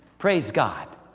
praise god,